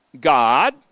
God